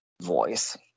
voice